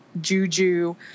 Juju